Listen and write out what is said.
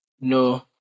No